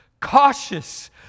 cautious